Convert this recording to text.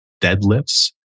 deadlifts